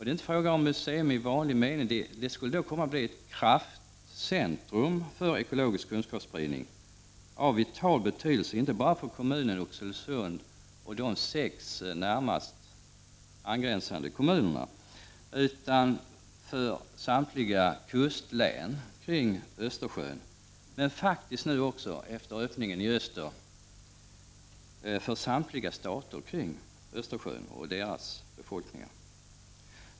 Det är emellertid inte något museum i vanlig mening, utan det skulle bli ett kraftcentrum för ekologisk kunskapsspridning, av vital betydelse inte bara för kommunen Oxelösund utan också för de sex närmast angränsande kommunerna och för samtliga kustlän kring Östersjön — men efter öppningen i öster faktiskt för samtliga stater kring Östersjön och deras befolkningar.